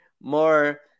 more